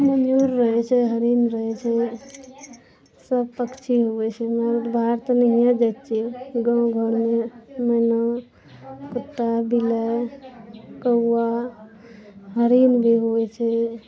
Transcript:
मयूर रहै छै हरिण रहै छै सब पक्षी होइ छै हम्मे तऽ बाहर तऽ नहियेँ जाइ छियै गाँव घरमे मैना कुत्ता बिलाइ कौआ हरिण भी होइ छै